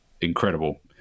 incredible